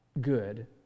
good